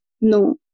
no